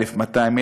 1,200,